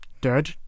dead